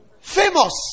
famous